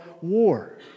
war